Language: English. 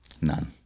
None